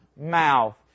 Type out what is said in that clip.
mouth